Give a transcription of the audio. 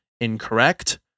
incorrect